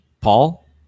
Paul